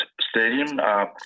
stadium